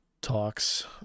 talks